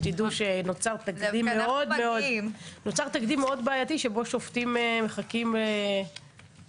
שתדעו שנוצר תקדים מאוד מאוד בעייתי שבו שופטים מחכים לעצורים.